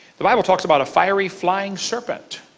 the bible talks about a fiery flying serpent,